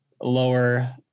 lower